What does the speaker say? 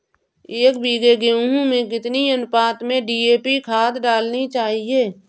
एक बीघे गेहूँ में कितनी अनुपात में डी.ए.पी खाद डालनी चाहिए?